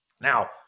Now